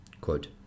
Quote